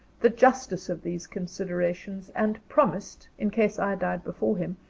the justice of these considerations and promised, in case i died before him,